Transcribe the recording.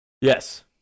Yes